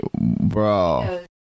Bro